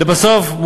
לבסוף,